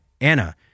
Anna